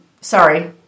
sorry